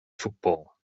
football